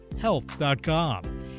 health.com